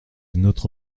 notre